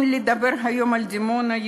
אם לדבר היום על דימונה,